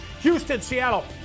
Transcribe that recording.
Houston-Seattle